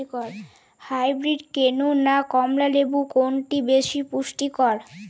Hybrid কেনু না কমলা লেবু কোনটি বেশি পুষ্টিকর?